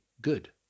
Good